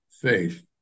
Faith